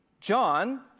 John